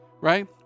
right